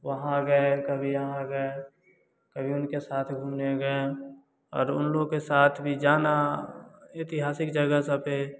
वहाँ गए कभी यहाँ गए कभी उनके साथ घूमने गए और उन लोगों के साथ भी जाना ऐतिहासिक जगह से भी